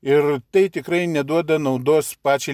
ir tai tikrai neduoda naudos pačiai